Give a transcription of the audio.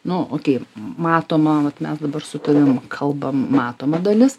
nu okei matoma vat mes dabar su tavim kalbam matoma dalis